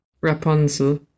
Rapunzel